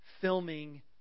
filming